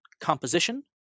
composition